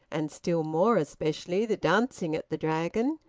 and still more especially the dancing at the dragon,